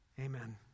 Amen